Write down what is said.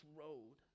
road